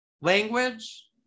Language